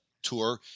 tour